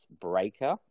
Breaker